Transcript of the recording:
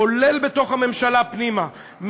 כולל בתוך הממשלה פנימה,